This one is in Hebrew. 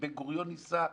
בן גוריון ניסה,